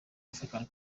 african